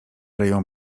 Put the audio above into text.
ryją